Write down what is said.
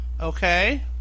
Okay